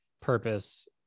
purpose